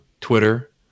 Twitter